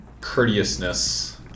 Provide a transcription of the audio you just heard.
courteousness